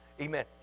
Amen